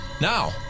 now